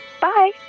Bye